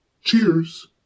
Cheers